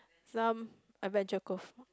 some Adventure Cove